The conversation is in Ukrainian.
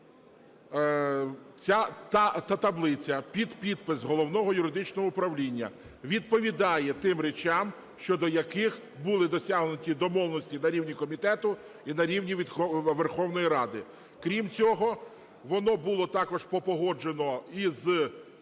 Тому ця таблиця під підпис Головного юридичного управління відповідає тим речам, щодо яких були досягнуті домовленості на рівні комітету і на рівні Верховної Ради. Крім цього, воно було також погоджено і